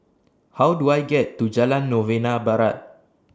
How Do I get to Jalan Novena Barat